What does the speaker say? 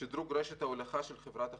לגבי שדרוג רשת ההולכה של חברת החשמל,